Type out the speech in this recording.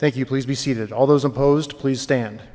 thank you please be seated all those opposed please stand